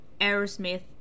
aerosmith